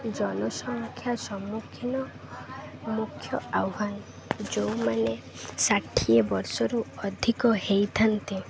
ଜନସଂଖ୍ୟା ସମ୍ମୁଖୀନ ମୁଖ୍ୟ ଆହ୍ୱାନ ଯେଉଁମାନେ ଷାଠିଏ ବର୍ଷରୁ ଅଧିକ ହୋଇଥାନ୍ତି